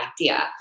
idea